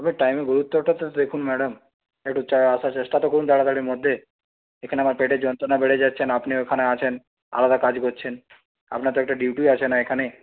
আপনি টাইমের গুরুত্বটা তো দেখুন ম্যাডাম একটু চা আসার চেষ্টা তো করুন তাড়াতাড়ির মধ্যে এখানে আমার পেটের যন্ত্রণা বেড়ে যাচ্ছে না আপনি ওইখানে আছেন আলাদা কাজ করছেন আপনার তো এটা ডিউটি আছে না এইখানে